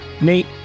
Nate